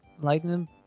lightning